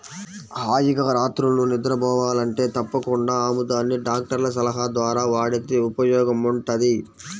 హాయిగా రాత్రిళ్ళు నిద్రబోవాలంటే తప్పకుండా ఆముదాన్ని డాక్టర్ల సలహా ద్వారా వాడితే ఉపయోగముంటది